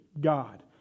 God